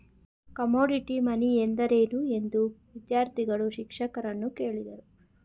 Commodity money ಎಂದರೇನು? ಎಂದು ವಿದ್ಯಾರ್ಥಿಗಳು ಶಿಕ್ಷಕರನ್ನು ಕೇಳಿದರು